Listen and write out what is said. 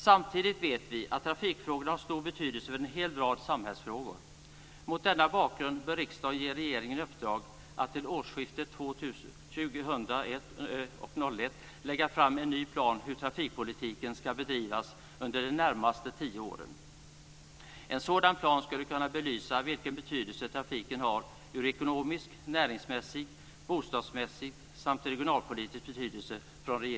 Samtidigt vet vi att trafikfrågorna har stor betydelse för en hel rad samhällsfrågor. Mot denna bakgrund bör riksdagen ge regeringen i uppdrag att till årsskiftet 2000/01 lägga fram en ny plan för hur trafikpolitiken ska bedrivas under de närmaste tio åren. En sådan plan från regeringens sida skulle kunna belysa vilken betydelse trafiken har ekonomiskt, näringsmässigt, bostadsmässigt och regionalpolitiskt.